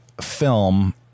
film